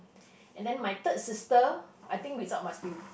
and then my third sister I think result must be